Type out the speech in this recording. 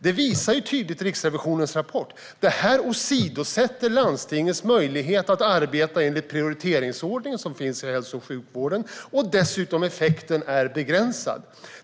Riksrevisionens rapport visar tydligt att detta åsidosätter landstingens möjlighet att arbeta enligt den prioriteringsordning som finns i hälso och sjukvården, och effekten är dessutom begränsad.